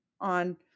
on